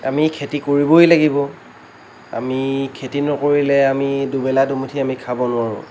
আমি খেতি কৰিবই লাগিব আমি খেতি নকৰিলে আমি দুবেলা দুমুঠি আমি খাব নোৱাৰোঁ